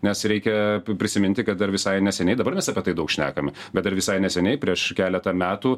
nes reikia prisiminti kad dar visai neseniai dabar mes apie tai daug šnekame bet dar visai neseniai prieš keletą metų